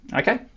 Okay